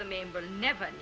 the member never